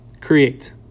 create